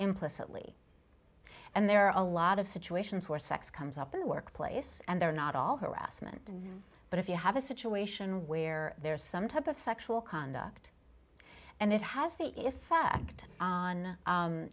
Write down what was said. implicitly and there are a lot of situations where sex comes up in the workplace and they're not all harassment but if you have a situation where there is some type of sexual conduct and it has the effect on